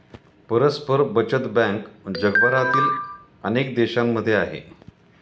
परस्पर बचत बँक जगभरातील अनेक देशांमध्ये आहे